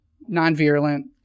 non-virulent